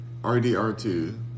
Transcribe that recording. RDR2